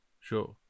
Sure